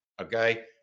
Okay